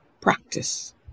practice